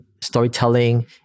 storytelling